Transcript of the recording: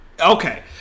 Okay